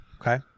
Okay